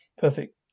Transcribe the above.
Perfect